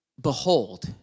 Behold